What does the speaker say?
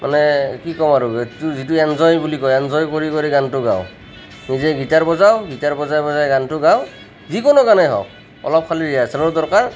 মানে কি ক'ম আৰু যিটো এনজয় বুলি কয় এনজয় কৰি কৰি গানটো গাওঁ নিজেই গিটাৰ বজাওঁ গিটাৰ বজাই বজাই গানটো গাওঁ যিকোনো গানেই হওক অলপ খালি ৰিহাৰ্চেলৰ দৰকাৰ